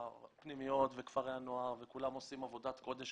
הפנימיות, כפרי הנוער וכולם עושים עבודת קודש.